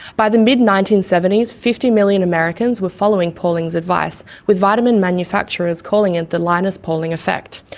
by the mid nineteen seventy s, fifty million americans were following pauling's advice with vitamin manufacturers calling it the linus pauling effect.